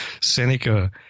Seneca